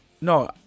No